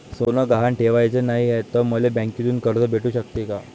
सोनं गहान ठेवाच नाही हाय, त मले बँकेतून कर्ज भेटू शकते का?